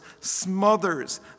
smothers